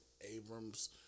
Abrams